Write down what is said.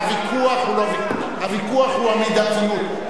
הוויכוח הוא המידתיות.